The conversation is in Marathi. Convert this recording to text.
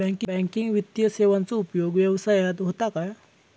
बँकिंग वित्तीय सेवाचो उपयोग व्यवसायात होता काय?